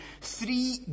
three